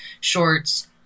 shorts